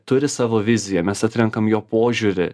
turi savo viziją mes atrenkam jo požiūrį